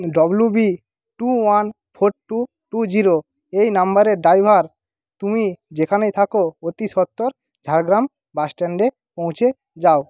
W B two one four two two zero এই নাম্বারে driver তুমি যেখানেই থাকো অতি সত্বর ঝাড়গ্রাম বাস স্ট্যান্ডে পৌঁছে যাও